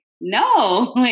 no